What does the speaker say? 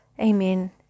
Amen